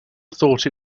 thought